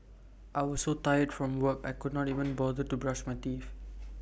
I was so tired from work I could not even bother to brush my teeth